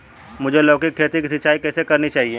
मुझे लौकी के खेत की सिंचाई कैसे करनी चाहिए?